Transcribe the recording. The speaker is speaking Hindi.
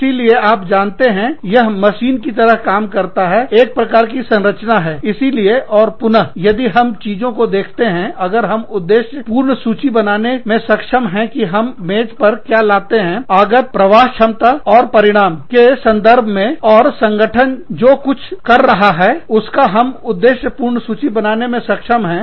इसीलिए आप जानते हैं यह मशीन की तरह अधिक है एक प्रकार की संरचना है इसीलिए और पुन यदि हम चीजों को देखते हैं अगर हम उद्देश्य पूर्ण सूची बनाने में सक्षम है कि हम मेज पर क्या लाते हैं आगत प्रवाह क्षमता और परिणाम उत्पाद के संदर्भ में और संगठन जो कुछ भी कर रहा हैउसका हम उद्देश्य पूर्ण सूची बनाने में सक्षम है